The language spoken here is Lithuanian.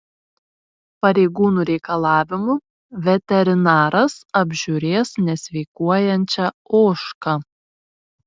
pareigūnų reikalavimu veterinaras apžiūrės nesveikuojančią ožką